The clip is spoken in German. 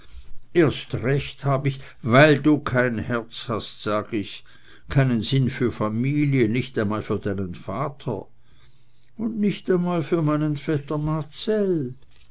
erst recht hab ich weil du kein herz hast sag ich keinen sinn für familie nicht einmal für deinen vater und nicht einmal für meinen vetter marcell